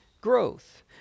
growth